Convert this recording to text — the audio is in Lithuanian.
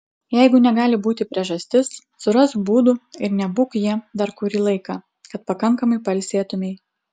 jeigu negali būti priežastis surask būdų ir nebūk ja dar kurį laiką kad pakankamai pailsėtumei